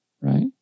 right